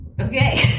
Okay